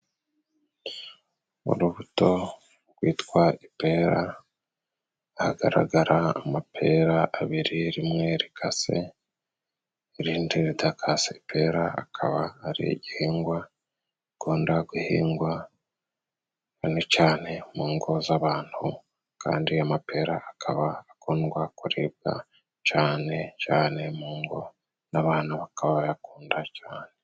Urubuto rwitwa ipera, hagaragara amapera abiri rimwe rikase irindi ridakase. Ipera akaba ari igihingwa gikunda guhingwa cane cane mu ngo z'abantu, kandi amapera akaba akundwa kuribwa cane cane mu ngo n'abantu bakaba bayakunda cane.